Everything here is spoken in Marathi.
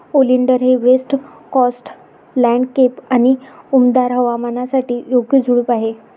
ओलिंडर हे वेस्ट कोस्ट लँडस्केप आणि उबदार हवामानासाठी योग्य झुडूप आहे